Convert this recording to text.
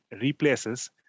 replaces